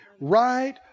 Right